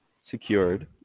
secured